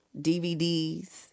DVDs